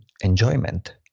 enjoyment